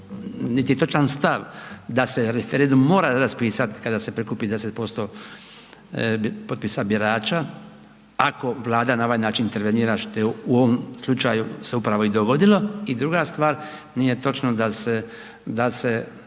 niti je točan stav da se referendum mora raspisati kada se prikupi 10% potpisa birača, ako Vlada na ovaj način intervenira što je u ovom slučaju se upravo i dogodilo. I druga stvar nije točno da se